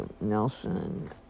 Nelson